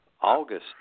August